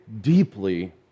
deeply